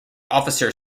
officer